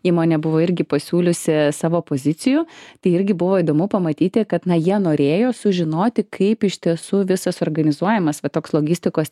įmonė buvo irgi pasiūliusi savo pozicijų tai irgi buvo įdomu pamatyti kad na jie norėjo sužinoti kaip iš tiesų visas organizuojamas va toks logistikos